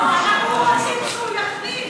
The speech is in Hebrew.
לא, אבל אנחנו רוצים שהוא יגיב.